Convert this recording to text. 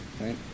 right